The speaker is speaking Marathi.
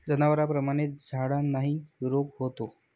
जनावरांप्रमाणेच झाडांनाही रोग होतो